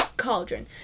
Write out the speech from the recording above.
cauldron